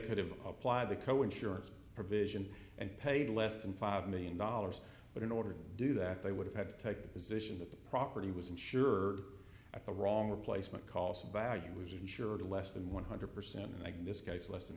could have applied the co insurance provision and paid less than five million dollars but in order to do that they would have had to take the position that the property was insured at the wrong replacement cost value was insured less than one hundred percent and again this case less